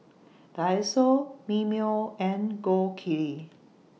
Daiso Mimeo and Gold Kili